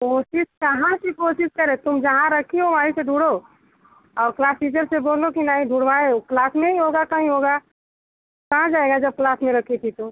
कोशिश कहाँ से कोशिश करें तुम जहाँ रखी हो वहीं से ढूंढो और क्लास टीचर से बोलो कि नहीं ढूंढवाएँ वो क्लास में ही होगा कहीं होगा कहाँ जाएगा जब क्लास में रखी थी तो